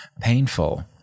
painful